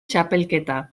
txapelketa